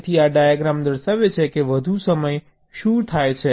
તેથી આ ડાયાગ્રામ દર્શાવે છે કે વધુ સમય શું થાય છે